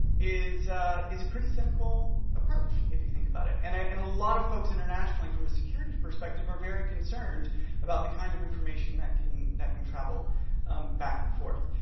is is a pretty cynical approach, if you think about it. and and a lot of folks internationally from a security perspective are very concerned about the kind of information that can that can travel back and forth.